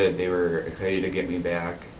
they were excited to get me back.